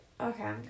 okay